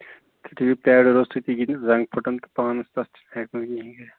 تُہۍِ ہٮ۪کو پیڈَو روٚستُے تہِ گِنٛدِتھ زَنٛگ پھُٹن تہٕ پانَس تَتھ چھِ نہٕ ہٮ۪کان کِہیٖنۍ کٔرِتھ